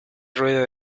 rueda